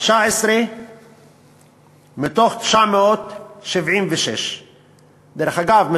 19 מתוך 976. דרך אגב,